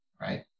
right